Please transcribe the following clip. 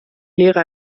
lehre